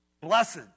Blessed